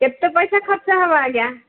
କେତେ ପଇସା ଖର୍ଚ୍ଚ ହେବ ଆଜ୍ଞା